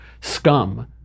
scum